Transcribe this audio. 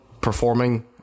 performing